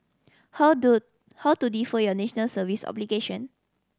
how to how to defer your National Service obligation